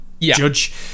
judge